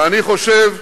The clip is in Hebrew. ואני חושב,